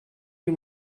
you